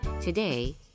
Today